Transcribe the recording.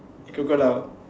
crocodile